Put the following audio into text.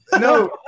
no